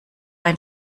ein